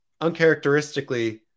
uncharacteristically